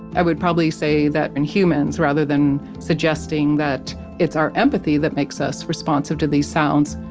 i would probably say that in humans, rather than suggesting that it's our empathy that makes us responsive to these sounds,